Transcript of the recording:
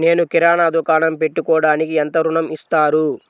నేను కిరాణా దుకాణం పెట్టుకోడానికి ఎంత ఋణం ఇస్తారు?